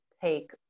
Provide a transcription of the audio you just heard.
take